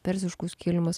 persiškus kilimus